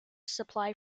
supply